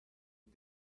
but